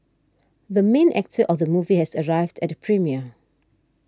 the main actor of the movie has arrived at the premiere